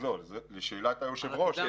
לשאלת היושב-ראש,